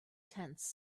tents